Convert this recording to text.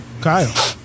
Kyle